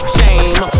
Shame